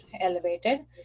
elevated